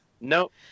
Nope